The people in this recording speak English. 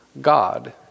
God